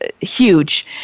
huge